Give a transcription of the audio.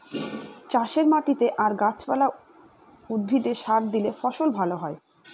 চাষের মাটিতে আর গাছ পালা, উদ্ভিদে সার দিলে ফসল ভালো হয়